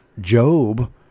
Job